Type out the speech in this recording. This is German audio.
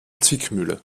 zwickmühle